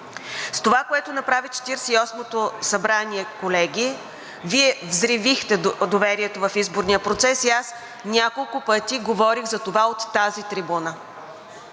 С това, което направи Четиридесет и осмото събрание, колеги, Вие взривихте доверието в изборния процес и аз няколко пъти говорих за това от тази трибуна.